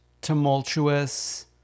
tumultuous